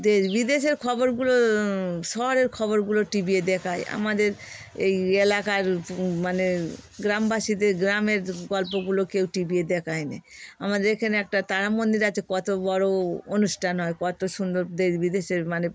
দেশ বিদেশের খবরগুলো শহরের খবরগুলো টি ভিতে দেখায় আমাদের এই এলাকার মানে গ্রামবাসীদের গ্রামের গল্পগুলো কেউ টি ভিতে দেখায় না আমাদের এখানে একটা তারা মন্দির আছে কত বড় অ অনুষ্ঠান হয় কত সুন্দর দেশ বিদেশের মানে